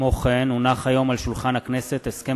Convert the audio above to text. כמו כן הונח היום על שולחן הכנסת הסכם